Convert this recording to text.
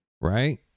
Right